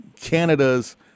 Canada's